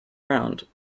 round